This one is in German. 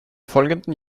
folgenden